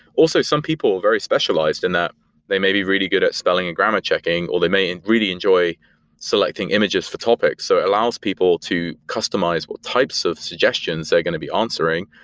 also, some people are very specialized and that they may be really good at spelling and grammar checking or they may and really enjoy selecting images for topics. so it allows people to customize what types of suggestions they're going to be answering,